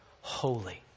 holy